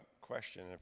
question